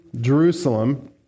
Jerusalem